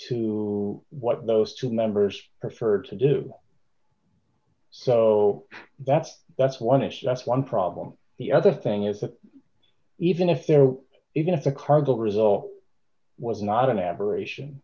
to what those two members preferred to do so that's that's one issue that's one problem the other thing is that even if there were even if the cargo result was not an aberration